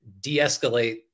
de-escalate